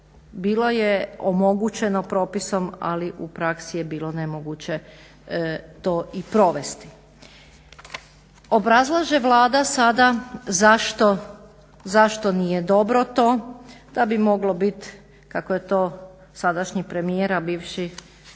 Bilo je omogućeno propisom ali u praksi je bilo nemoguće to i provesti. Obrazlaže Vlada sada zašto nije dobro to, da bi moglo bit kako je to sadašnji premijer, a bivši